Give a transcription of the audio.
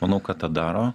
manau kad tą daro